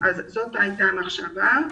וזו הייתה המחשבה.